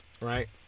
right